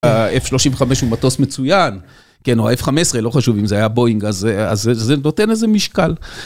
האף שלושים וחמש הוא מטוס מצוין, כן, או האף חמש עשרה, לא חשוב, אם זה היה בוינג, אז זה, אז זה, זה נותן איזה משקל.